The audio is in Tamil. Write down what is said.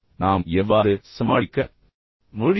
நாம் எவ்வாறு சமாளிக்க முடியும்